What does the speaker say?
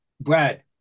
Brad